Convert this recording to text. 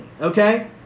okay